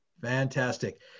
Fantastic